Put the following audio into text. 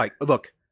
Look